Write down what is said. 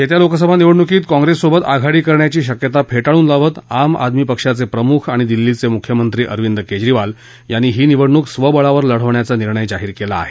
येत्या लोकसभा निवडणुकीत काँग्रस सोबत आघाडी करण्याची शक्यता फे ाळून लावत आम आदमी पक्षाचे प्रमुख आणि दिल्लीचे मुख्यमंत्री अरविंद केजरीवाल यांनी ही निवडणुक स्वबळावर लढवण्याचा निर्णय जाहीर केला आहे